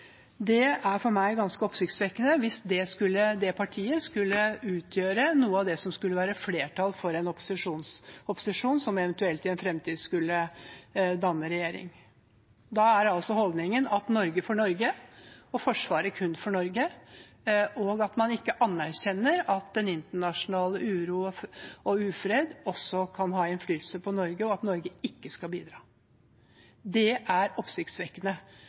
Det er for meg ganske oppsiktsvekkende hvis det partiet skulle utgjøre noe av flertallet for en opposisjon som i en fremtid eventuelt skulle danne regjering. Da er altså holdningen Norge for Norge og Forsvaret kun for Norge, at man ikke anerkjenner at den internasjonale uro og ufred også kan ha innflytelse på Norge, og at Norge ikke skal bidra. Det er oppsiktsvekkende.